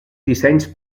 dissenys